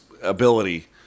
Ability